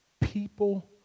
People